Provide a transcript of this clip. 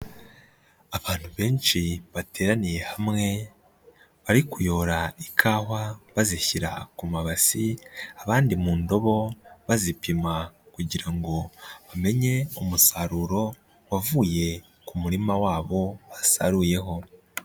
Abantu benshi bateraniye hamwe bari kuyora ikawa bazishyira ku mabasi, abandi mu ndobo bazipima kugira ngo bamenye umusaruro wavuye ku murima wabo basaruyeho.